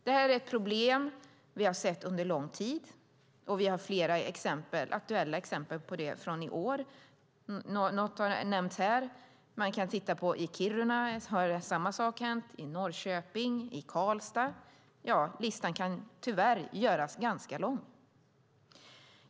Det här ett problem vi har sett under lång tid, och vi har flera aktuella exempel på det från i år. Något har nämnts här. Man kan titta på Kiruna, där samma sak har hänt, Norrköping och Karlstad - ja, listan kan tyvärr göras ganska lång.